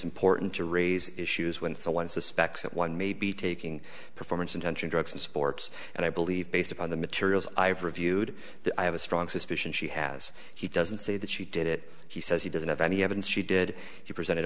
important to raise issues when it's a one suspects that one may be taking performance intention drugs and sports and i believe based upon the materials i've reviewed that i have a strong suspicion she has he doesn't say that she did it he says he doesn't have any evidence she did he present